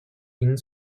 ihnen